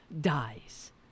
dies